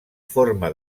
forma